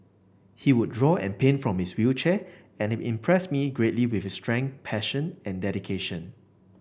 he would draw and paint from his wheelchair and it impressed me greatly with his strength passion and dedication